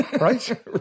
Right